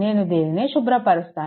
నేను దీనిని శుభ్రపరుస్తాను